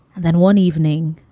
and then one evening.